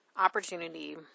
Opportunity